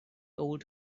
old